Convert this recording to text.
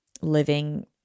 living